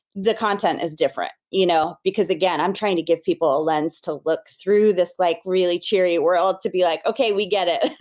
the content is different, you know because again, i'm trying to give people a lens to look through this like really cheery world, to be like okay, we get it.